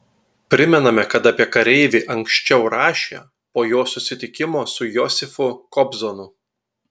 primename kad apie kareivį anksčiau rašė po jo susitikimo su josifu kobzonu